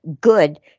good